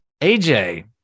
aj